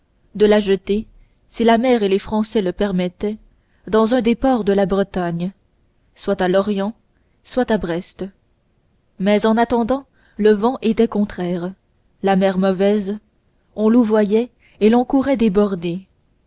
de la jeter si la mer et les français le permettaient dans un des ports de la bretagne soit à lorient soit à brest mais en attendant le vent était contraire la mer mauvaise on louvoyait et l'on courait des